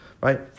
right